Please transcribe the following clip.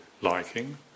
liking